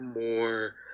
more